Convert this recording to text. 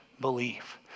belief